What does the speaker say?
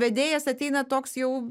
ir vedėjas ateina toks jau